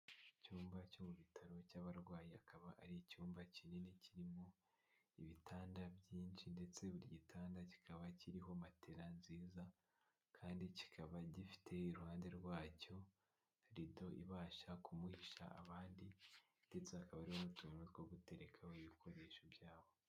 Icyumba cyo mu bitaro cy'abarwayi akaba ari icyumba kinini kirimo ibitanda byinshi ndetse buri gitanda kikaba kiriho matela nziza kandi kikaba gifite iruhande rwacyo rido ibasha kumuhisha abandi ndetse akaba ari n'utuntu two guterekaho ibikoresho byabo.